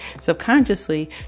subconsciously